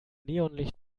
neonlicht